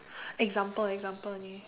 example example only